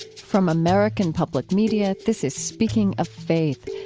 from american public media, this is speaking of faith,